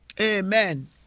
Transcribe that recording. Amen